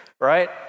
Right